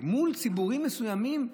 ומול ציבורים מסוימים,